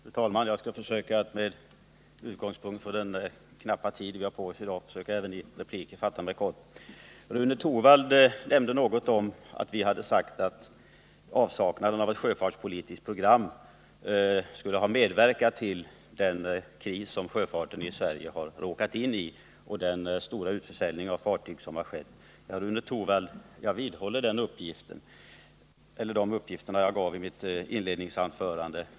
Fru talman Jag skall med tanke på den knappa tid som vi har på oss i dag försöka fatta mig kort även i repliken. Rune Torwald nämnde något om att vi hade sagt att avsaknaden av ett sjöfartspolitiskt program skulle ha bidragit till den kris som sjöfarten i Sverige har råkat in i och till den stora utförsäljningen av fartyg. Rune Torwald, jag vidhåller de uppgifter som jag lämnade i mitt inledningsanförande.